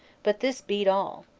but this beat all.